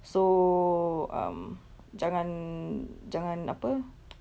so um jangan jangan apa